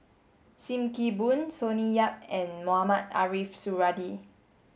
Sim Kee Boon Sonny Yap and Mohamed Ariff Suradi